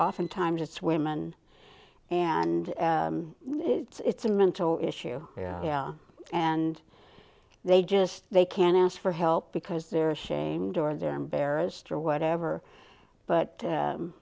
oftentimes it's women and it's a mental issue yeah and they just they can't ask for help because they're ashamed or they're embarrassed or whatever but